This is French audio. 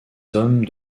hommes